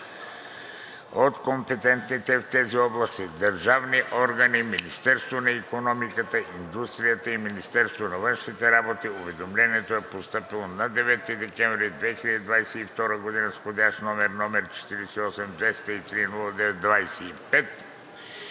от компетентните в тези области държавни органи: Министерството на икономиката и индустрията и Министерството на външните работи. Уведомлението е постъпило на 9 декември 2022 г. с вх. № 48-203-09-25